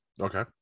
Okay